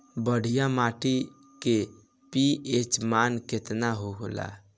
बढ़िया माटी के पी.एच मान केतना होला?